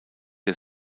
der